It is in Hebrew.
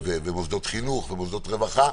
מוסדות חינוך ומוסדות רווחה,